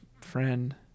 friend